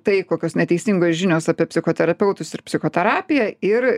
tai kokios neteisingos žinios apie psichoterapeutus ir psichoterapiją ir